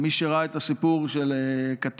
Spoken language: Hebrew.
למי שראה את הסיפור של הכתבת